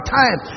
time